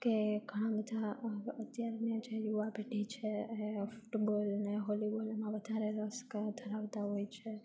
કે ઘણા બધા અત્યારના જે યુવા પેઢી છે એ ફૂટબોલને હોલીબોલમાં વધારે રસ કા ધરાવતા હોય છે